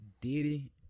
Diddy